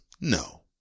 No